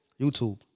youtube